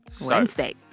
Wednesday